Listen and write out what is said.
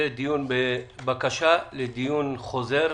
זה דיון בבקשה לדיון חוזר,